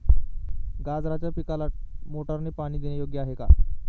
गाजराच्या पिकाला मोटारने पाणी देणे योग्य आहे का?